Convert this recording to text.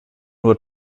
nur